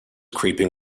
creeping